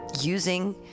using